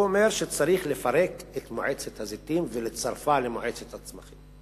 הוא אומר שצריך לפרק את מועצת הזיתים ולצרפה למועצת הצמחים.